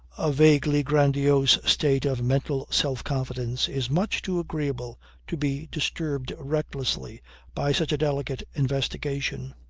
a vaguely grandiose state of mental self-confidence is much too agreeable to be disturbed recklessly by such a delicate investigation.